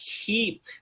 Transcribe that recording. keep